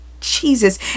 Jesus